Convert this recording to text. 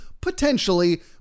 Potentially